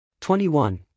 21